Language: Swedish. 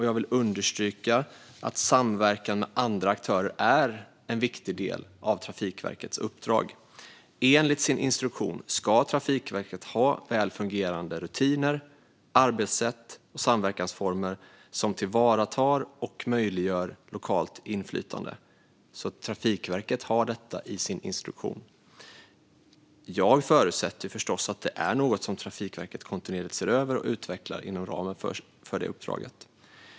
Jag vill understryka att samverkan med andra aktörer är en viktig del av Trafikverkets uppdrag. Enligt sin instruktion ska Trafikverket ha väl fungerande rutiner, arbetssätt och samverkansformer som tillvaratar och möjliggör lokalt inflytande. Trafikverket har alltså detta i sin instruktion, och jag förutsätter förstås att det är något som Trafikverket kontinuerligt ser över och utvecklar inom ramen för detta uppdrag.